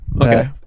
okay